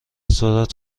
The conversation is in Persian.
سرعت